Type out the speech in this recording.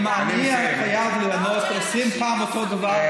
אני אינני חייב לענות 20 פעם אותו דבר.